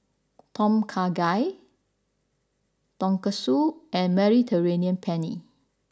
Tom Kha Gai Tonkatsu and Mediterranean Penne